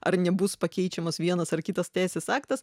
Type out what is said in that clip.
ar nebus pakeičiamas vienas ar kitas teisės aktas